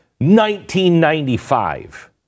1995